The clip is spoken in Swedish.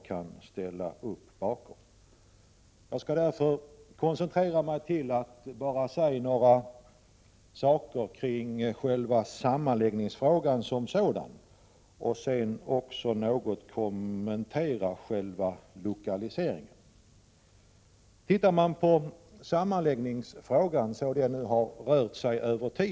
I stället skall jag koncentrera mitt inlägg till att säga några saker om själva sammanläggningsfrågan som sådan och något kommentera frågan om lokalisering. Synen på frågan om sammanläggning har växlat under den tid som debatten pågått.